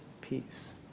peace